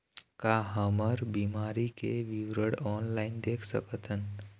का हमर बीमा के विवरण ऑनलाइन देख सकथन?